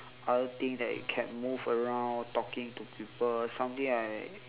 other thing that you can move around talking to people something like uh